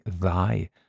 thy